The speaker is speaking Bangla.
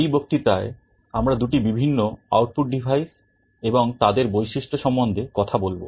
এই বক্তৃতায় আমরা দুটি বিভিন্ন আউটপুট ডিভাইস এবং তাদের বৈশিষ্ট্য সম্বন্ধে কথা বলব